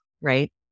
right